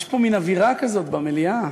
יש פה מין אווירה כזאת במליאה.